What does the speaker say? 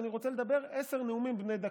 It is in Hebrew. אני רוצה לדבר עשרה נאומים בני דקה,